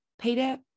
Peter